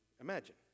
imagine